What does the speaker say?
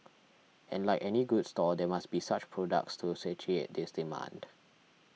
and like any good store there must be such products to satiate this demand